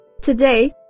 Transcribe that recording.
Today